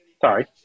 Sorry